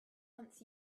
wants